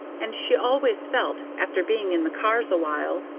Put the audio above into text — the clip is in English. and she always felt, after being in the cars a while,